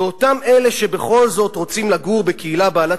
ואותם אלה שבכל זאת רוצים לגור בקהילה בעלת